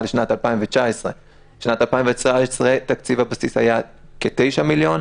לשנת 2019. בשנת 2019 תקציב הבסיס היה כ-9 מיליון,